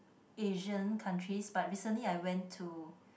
Asian countries but recently I went to